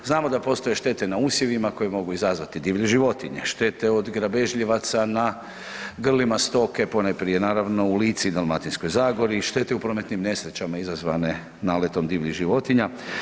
Znamo da postoje štete na usjevima koje mogu izazvati divlje životinje, štete od grabežljivaca na grlima stoke ponajprije naravno u Lici i Dalmatinskoj zagori, štete u prometnim nesrećama izazvane naletom divljih životinja.